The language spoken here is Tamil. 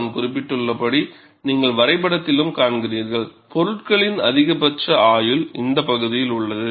நான் குறிப்பிட்டுள்ளபடி நீங்கள் வரைபடத்திலும் காண்கிறீர்கள் பொருட்களின் அதிகபட்ச ஆயுள் இந்த பகுதியில் உள்ளது